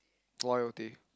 loyalty